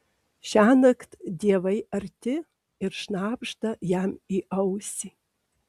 šiąnakt dievai arti ir šnabžda jam į ausį